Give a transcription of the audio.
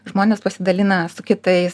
žmonės pasidalina su kitais